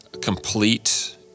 complete